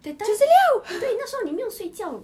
that time 对那时候你没有睡觉